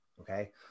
okay